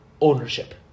ownership